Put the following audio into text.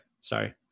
Sorry